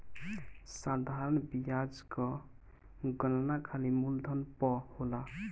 साधारण बियाज कअ गणना खाली मूलधन पअ होला